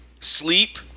sleep